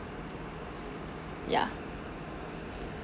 yeah